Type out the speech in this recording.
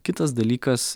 kitas dalykas